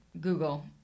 Google